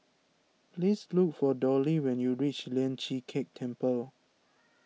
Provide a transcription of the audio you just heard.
please look for Dolly when you reach Lian Chee Kek Temple